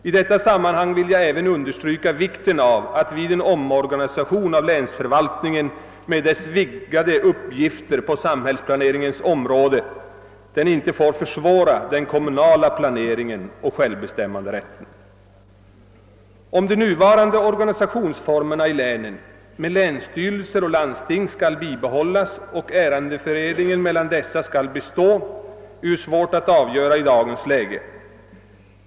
I detta sammanhang vill jag även understryka vikten av att vid en omorganisation av länsförvaltningen med dess vidgade uppgifter på samhällsplaneringens område den kommunala planeringen och självbestämmanderätten inte försvåras. Om de nuvarande organisationsformerna i länet med länsstyrelser och landsting skall bibehållas och ägande fördelningen mellan dessa skall bestå är svårt att avgöra i dagens läge.